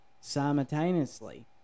simultaneously